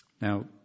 Now